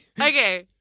Okay